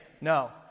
no